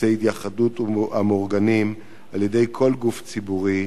טקסי התייחדות המאורגנים על-ידי כל גוף ציבורי,